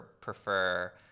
prefer